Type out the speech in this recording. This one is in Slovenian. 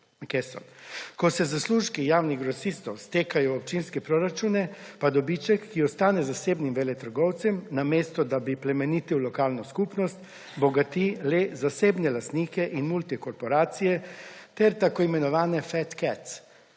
Ko se zaslužki javnih grosistov stekajo v občinske proračune, pa dobiček, ki ostane zasebnim veletrgovcem, namesto da bi plemenitil lokalno skupnost, bogati le zasebne lastnike in multikorporacije ter tako imenovane »fat cats«